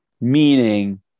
Meaning